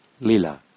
lila